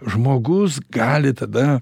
žmogus gali tada